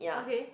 okay